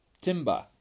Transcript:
timber